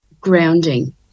grounding